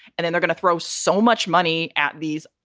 and then they're gonna throw so much money at these,